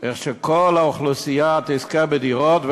איך כל האוכלוסייה תזכה בדירות,